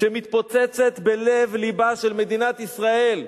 שמתפוצצת בלב לבה של מדינת ישראל.